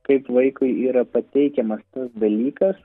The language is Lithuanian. kaip vaikui yra pateikiamas tas dalykas